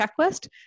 checklist